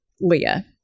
Leah